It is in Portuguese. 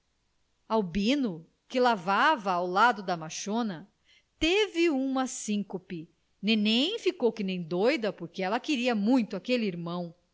desgraça albino que lavava ao lado da machona teve uma síncope nenen ficou que nem doida porque ela queria muito àquele irmão